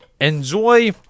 enjoy